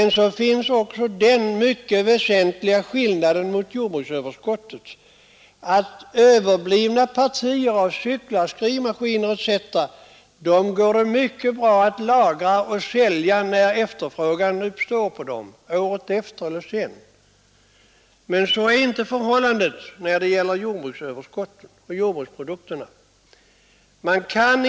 Vi har också den mycket väsentliga skillnaden att överblivna partier av cyklar, maskiner etc. utan svårighet kan lagras och säljas när efterfrågan uppstår året därpå eller senare. Men den möjligheten finns inte när det gäller överskott av jordbruksprodukter.